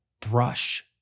thrush